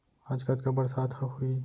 आज कतका बरसात ह होही?